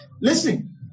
Listen